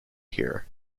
here